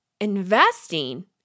Investing